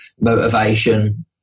motivation